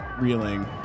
reeling